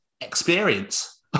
experience